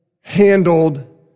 handled